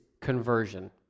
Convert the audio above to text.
conversion